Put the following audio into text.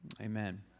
amen